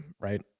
right